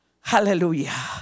Hallelujah